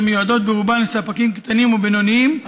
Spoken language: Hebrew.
אשר מיועדת ברובה לספקים קטנים ובינוניים,